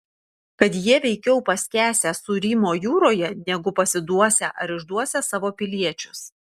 kad jie veikiau paskęsią sūrymo jūroje negu pasiduosią ar išduosią savo piliečius